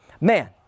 man